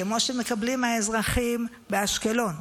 כמו שמקבלים האזרחים באשקלון,